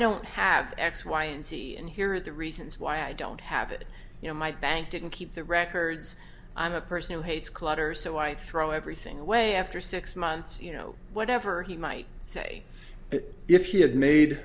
don't have x y and z and here are the reasons why i don't have it you know my bank didn't keep the records i'm a person who hates clutter so i throw everything away after six months you know whatever he might say if he had made